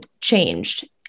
changed